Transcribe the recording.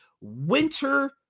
winter